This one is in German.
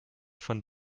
von